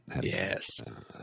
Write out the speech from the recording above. Yes